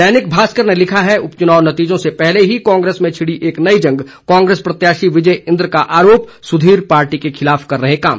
दैनिक भास्कर ने लिखा है उपचुनाव नतीजों से पहले ही कांग्रेस में छिड़ी एक नई जंग कांग्रेस प्रत्याशी विजय इंद्र का आरोप सुधीर पार्टी के खिलाफ कर रहे काम